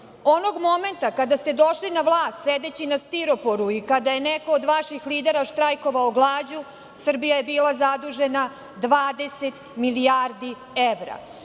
Onog momenta kada ste došli na vlast sedeći na stiroporu i kada je neko od vaših lidera štrajkovao glađu, Srbija je bila zadužena 20 milijardi evra.